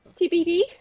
TBD